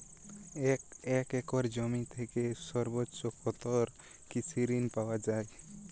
এক একর জমি থেকে সর্বোচ্চ কত কৃষিঋণ পাওয়া য়ায়?